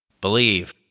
Believe